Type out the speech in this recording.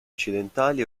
occidentali